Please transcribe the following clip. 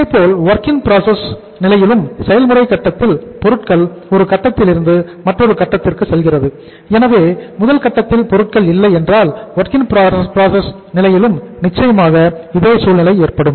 இதேபோல் WIP work in process நிலையிலும் நிச்சயமாக இதே சூழ்நிலை ஏற்படும்